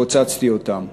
ופוצצתי אותם.